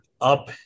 up